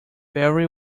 very